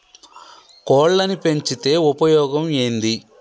కోళ్లని పెంచితే ఉపయోగం ఏంది?